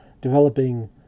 developing